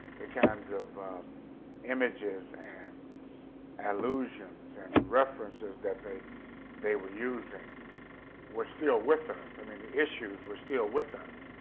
the kinds of images and allusions and references that they they were using were still with us, i mean the issues were still with us,